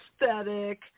aesthetic